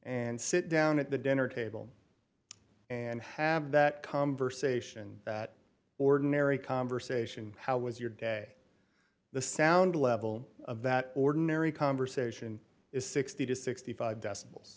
and sit down at the dinner table and have that conversation that ordinary conversation how was your day the sound level of that ordinary conversation is sixty to sixty five deci